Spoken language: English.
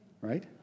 right